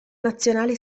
nazionale